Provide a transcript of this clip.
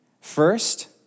first